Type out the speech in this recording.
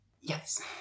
Yes